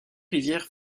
rivières